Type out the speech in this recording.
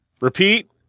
Repeat